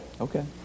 Okay